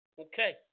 Okay